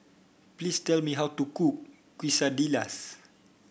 please tell me how to cook Quesadillas